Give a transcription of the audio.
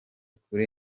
kuri